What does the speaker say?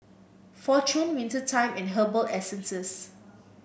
Fortune Winter Time and Herbal Essences